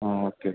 okay